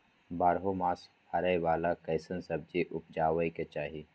बारहो मास फरै बाला कैसन सब्जी उपजैब के चाही?